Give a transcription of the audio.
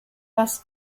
was